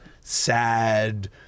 sad